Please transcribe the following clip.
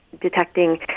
detecting